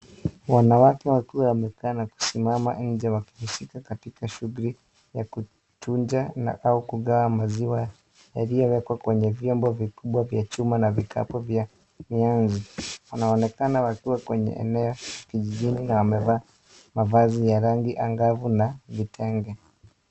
Wanawake wakiwa wamekaa na kusimama nje wakihusika katika shuguli ya kuchunja au kugawa maziwa yaliyowekwa kwrnye vyombo vikubwa vya chuma na vikapu vya nyuzi, wanaonekana wakiwa kwenye eneo kijijini na wamevaa mavazi ya rangi angavu na vitenge.